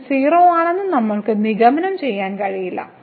limit 0 ആണെന്ന് നമ്മൾക്ക് നിഗമനം ചെയ്യാൻ കഴിയില്ല